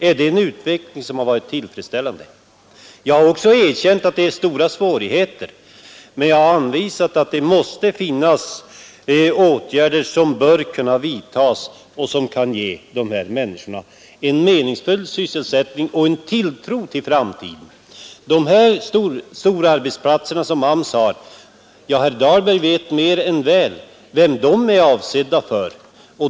Är det en utveckling som har varit tillfredsställande? Jag har också erkänt att det är stora svårigheter, men jag har påvisat att det måste finnas åtgärder som bör kunna vidtas och som kan ge människorna i området en meningsfull sysselsättning och en tilltro till framtiden. Herr Dahlberg vet mer än väl för vilka AMS :s storarbetsplatser är avsedda.